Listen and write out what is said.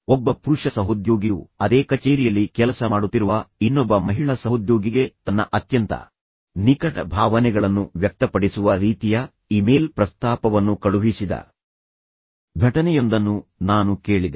ಒಬ್ಬ ಪುರುಷ ಸಹೋದ್ಯೋಗಿಯು ಅದೇ ಕಚೇರಿಯಲ್ಲಿ ಕೆಲಸ ಮಾಡುತ್ತಿರುವ ಇನ್ನೊಬ್ಬ ಮಹಿಳಾ ಸಹೋದ್ಯೋಗಿಗೆ ತನ್ನ ಅತ್ಯಂತ ನಿಕಟ ಭಾವನೆಗಳನ್ನು ವ್ಯಕ್ತಪಡಿಸುವ ರೀತಿಯ ಇಮೇಲ್ ಪ್ರಸ್ತಾಪವನ್ನು ಕಳುಹಿಸಿದ ಘಟನೆಯೊಂದನ್ನು ನಾನು ಕೇಳಿದೆ